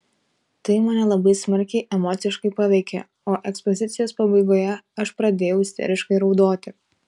tai mane labai smarkiai emociškai paveikė o ekspozicijos pabaigoje aš pradėjau isteriškai raudoti